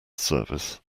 service